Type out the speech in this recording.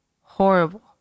horrible